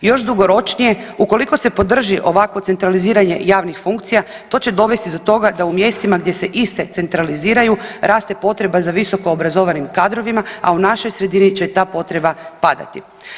Još dugoročnije ukoliko se podrži ovakvo centraliziranje javnih funkcija to će dovesti do toga da u mjestima gdje se iste centraliziraju raste potreba za visoko obrazovanim kadrovima, a u našoj sredini će ta potreba padati.